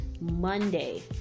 Monday